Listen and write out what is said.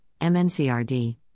MNCRD